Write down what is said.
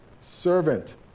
servant